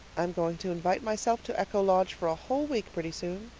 i'm going to invite myself to echo lodge for a whole week pretty soon.